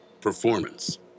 performance